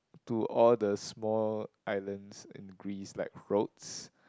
to all the small islands in Greece like